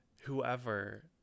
whoever